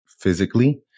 physically